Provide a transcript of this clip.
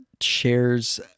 shares